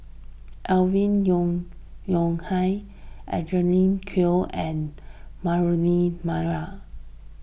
Alvin Yeo Khirn Hai Angelina Choy and Murali Pillai